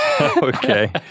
Okay